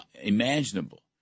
imaginable